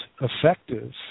effective